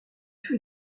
fut